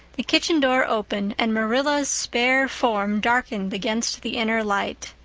the kitchen door opened and marilla's spare form darkened against the inner light.